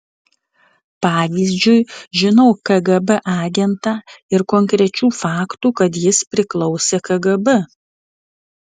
pavyzdžiui žinau kgb agentą ir konkrečių faktų kad jis priklausė kgb